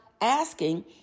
asking